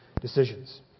decisions